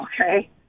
okay